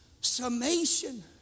summation